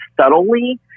subtly